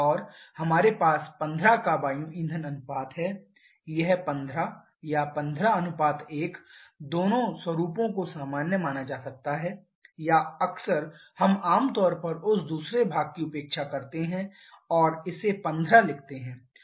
और हमारे पास 15 का वायु ईंधन अनुपात है यह 15 या 15 1 दोनों स्वरूपों को सामान्य माना जा सकता है या अक्सर हम आम तौर पर उस दूसरे भाग की उपेक्षा करते हैं और इसे 15 लिखते हैं